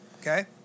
Okay